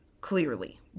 clearly